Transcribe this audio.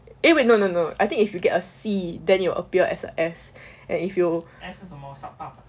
eh wait no no no I think if you get a C then it will appear as a S and if you